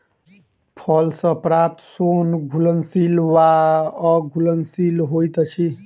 फल सॅ प्राप्त सोन घुलनशील वा अघुलनशील होइत अछि